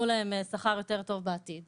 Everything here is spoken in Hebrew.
שיתנו להם שכר יותר טוב בעתיד.